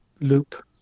loop